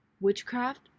witchcraft